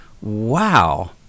Wow